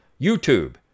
YouTube